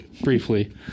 briefly